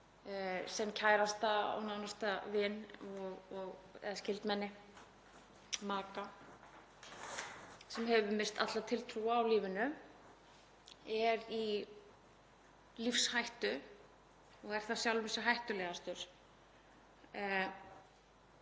sinn kærasta og nánasta vin, eða skyldmenni, maka, sem hefur misst alla tiltrú á lífinu, er í lífshættu og er þá sjálfum sér hættulegastur.